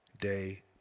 Day